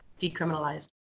decriminalized